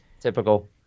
Typical